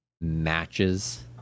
matches